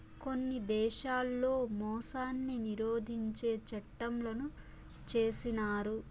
కొన్ని దేశాల్లో మోసాన్ని నిరోధించే చట్టంలను చేసినారు